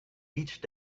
each